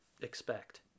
expect